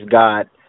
God